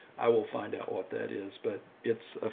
i will find out what that is, but it's, ah